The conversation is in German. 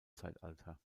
zeitalter